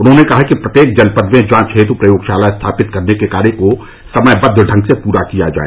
उन्होंने कहा कि प्रत्येक जनपद में जांच हेतु प्रयोगशाला स्थापित करने के कार्य को समयबद्व ढंग से पूरा किया जाए